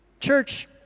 Church